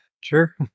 Sure